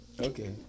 Okay